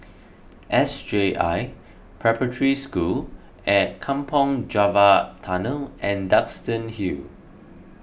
S J I Preparatory School Kampong Java Tunnel and Duxton Hill